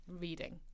reading